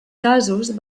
casos